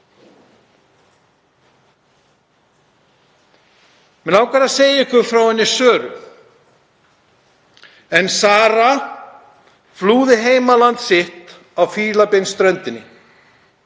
Mig langar að segja ykkur frá henni Söru. Sara flúði heimaland sitt á Fílabeinsströndinni